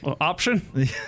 Option